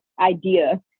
idea